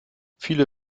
viele